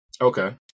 Okay